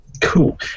Cool